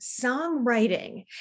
songwriting